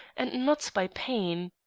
and not by pain.